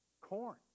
corn